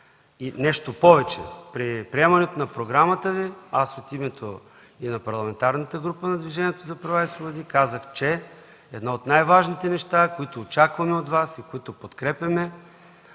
Нещо повече, при приемане на програмата Ви аз от името и на Парламентарната група на Движението за права и свободи казах, че едно от най-важните неща, които очакваме от Вас и подкрепяме